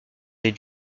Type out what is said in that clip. des